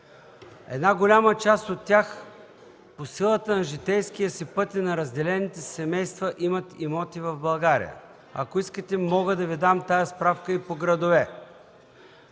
Голяма част от тях по силата на житейския си път и на разделените семейства имат имоти в България. Ако искате, мога да Ви дам тази справка и по градове.